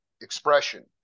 expression